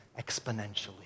exponentially